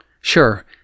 Sure